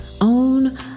Own